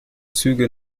züge